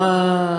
מה,